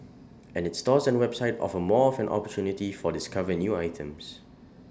and its stores and website offer more of an opportunity for discover new items